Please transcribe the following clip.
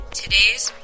today's